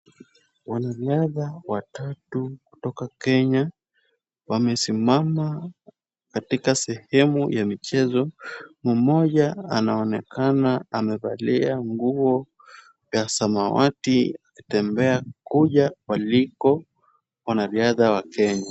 Wanariadha watatu watatu kutoka Kenya wamesimama katika sehemu ya michezo. Mmoja anaonekana amevalia nguo ya samawati akitembea kuja waliko wanariadha wa Kenya.